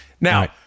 Now